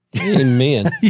Amen